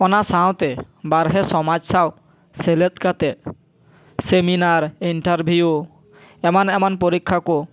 ᱚᱱᱟ ᱥᱟᱶᱛᱮ ᱵᱟᱨᱦᱮᱸ ᱥᱚᱢᱟᱡᱽ ᱥᱟᱶ ᱥᱮᱞᱮᱫ ᱠᱟᱛᱮᱜ ᱥᱮᱢᱤᱱᱟᱨ ᱤᱱᱴᱟᱨᱵᱷᱤᱭᱩ ᱮᱢᱟᱱ ᱮᱢᱟᱱ ᱯᱚᱨᱤᱠᱷᱟ ᱠᱩ